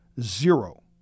zero